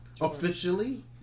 Officially